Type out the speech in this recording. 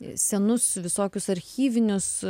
senus visokius archyvinius